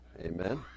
Amen